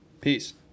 Peace